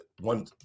one